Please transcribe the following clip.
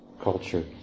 culture